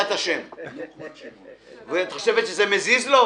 584ב. אישור למתן שירותי בטיחות בהיקף חלקי.